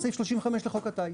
את סעיף 35 לחוק הטיס.